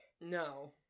No